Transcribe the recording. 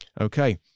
Okay